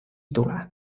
tule